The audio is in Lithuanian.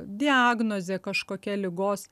diagnozė kažkokia ligos